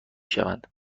شوند